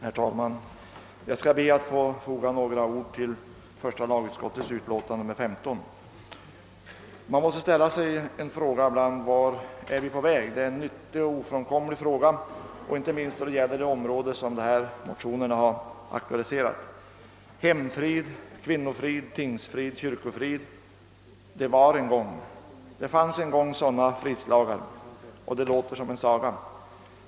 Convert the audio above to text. Herr talman! Jag skall endast säga några få ord med anledning av första lagutskottets utlåtande nr 15. Man måste ibland ställa sig frågan vart vi är på väg. Det är en nyttig och ofrånkomlig fråga, inte minst i det sammanhang som aktualiseras i förevarande motioner. Det rådde en gång hemfrid, kvinnofrid, tingsfrid, kyrkofrid. Det fanns en gång sådana fridslagar som respekterades, det låter som en saga.